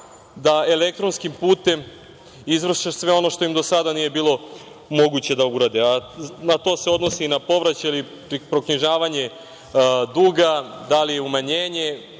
da elektronskim putem izvrše sve ono što im do sada nije bilo moguće da urade. To se odnosi na povraćaj ili proknjižavanje duga, da li umanjenje,